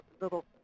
little